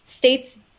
States